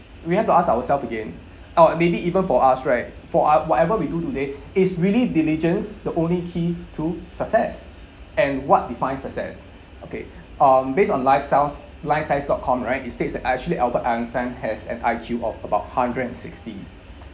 we have to ask ourselves again or maybe even for us right for our whatever we do today is really diligence the only key to success and what define success okay um based on lifestyles live science dot com right it states that actually albert einstein has an I_Q of about hundred and sixty